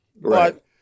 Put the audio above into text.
Right